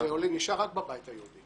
זה נשאר רק בבית היהודי.